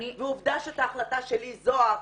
ועובדה שאת ההחלטה של לי זוהר,